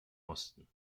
osten